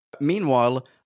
Meanwhile